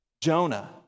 Jonah